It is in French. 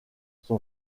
son